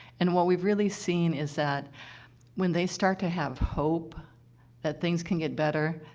and what we've really seen is that when they start to have hope that things can get better,